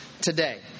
today